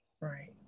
Right